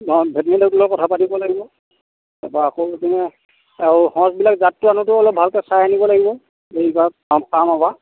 অ কথা পাতিব লাগিব তাৰপৰা আকৌ সেইখিনি আৰু সঁচবিলাক জাতটো আনোতেও অলপ ভালকৈ চাই আনিব লাগিব ফাৰ্মৰ পৰা